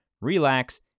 relax